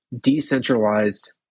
decentralized